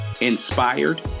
inspired